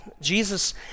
Jesus